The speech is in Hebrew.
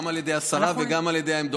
גם על ידי השרה וגם על העמדות.